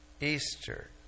Easter